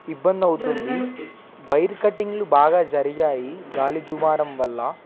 ఇబ్బంది అవుతుంది వైర్ కటింగ్లు బాగా జరిగాయి గాలి దుమారం వల్ల